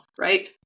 right